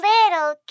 Little